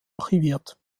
archiviert